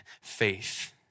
faith